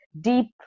deep